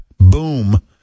boom